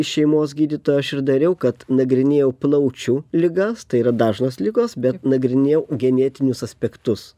iš šeimos gydytojo aš ir dariau kad nagrinėjau plaučių ligas tai yra dažnos ligos bet nagrinėjau genetinius aspektus